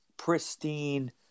pristine